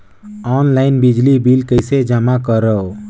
Online बिजली bill कइसे जमा करव?